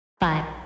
Five